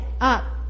up